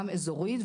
גם אזורית,